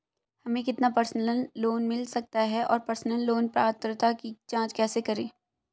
हमें कितना personal loan मिल सकता है और पर्सनल लोन पात्रता की जांच कैसे करें?